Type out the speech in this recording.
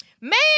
Man